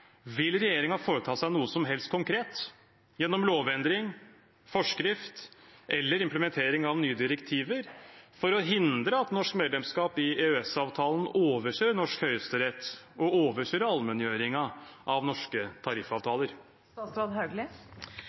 Vil regjeringen foreta seg noe som helst konkret gjennom lovendring, forskrift eller implementering av nye direktiver for å hindre at norsk medlemskap i EØS-avtalen overkjører norsk høyesterett og allmenngjøringen av norske